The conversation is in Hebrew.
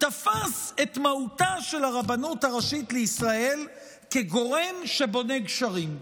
תפס את מהותה של הרבנות הראשית לישראל כגורם שבונה גשרים.